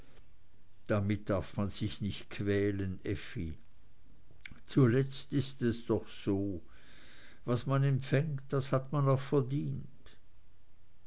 damit darf man sich nicht quälen effi zuletzt ist es doch so was man empfängt das hat man auch verdient